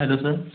hello sir